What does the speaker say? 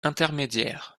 intermédiaire